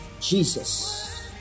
Jesus